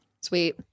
Sweet